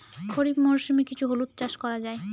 খরিফ মরশুমে কি হলুদ চাস করা য়ায়?